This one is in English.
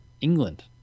England